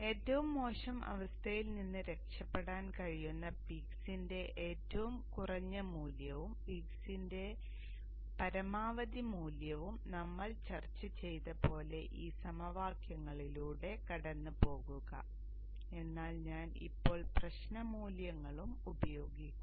ഏറ്റവും മോശം അവസ്ഥയിൽ നിന്ന് രക്ഷപ്പെടാൻ കഴിയുന്ന പീക്സ്ന്റെ ഏറ്റവും കുറഞ്ഞ മൂല്യവും പീക്സ്ന്റെ പരമാവധി മൂല്യവും നമ്മൾ ചർച്ച ചെയ്തതുപോലെ ഈ സമവാക്യങ്ങളിലൂടെ കടന്നുപോകുക എന്നാൽ ഞാൻ ഇപ്പോൾ പ്രശ്ന മൂല്യങ്ങളും ഉപയോഗിക്കുന്നു